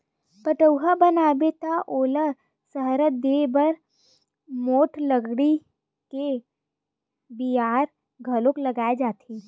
पठउहाँ बनाबे त ओला सहारा देय बर मोठ लकड़ी के मियार घलोक लगाए जाथे